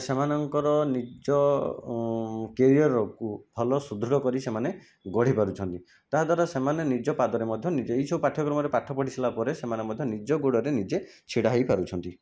ସେମାନଙ୍କର ନିଜ କେରିଅରକୁ ଭଲ ସୁଦୃଢ଼ କରି ସେମାନେ ଗଢ଼ି ପାରୁଛନ୍ତି ତାହାଦ୍ଵାରା ସେମାନେ ନିଜ ପାଦରେ ମଧ୍ୟ ନିଜେ ଏହିସବୁ ପାଠ୍ୟକ୍ରମରେ ପାଠ ପଢ଼ି ସାରିଲା ପରେ ସେମାନେ ମଧ୍ୟ ନିଜ ଗୋଡ଼ରେ ନିଜେ ଛିଡ଼ା ହୋଇ ପାରୁଛନ୍ତି